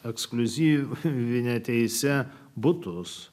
ekskliuzyvine teise butus